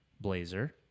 Blazer